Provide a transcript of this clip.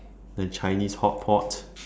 the chinese hot pot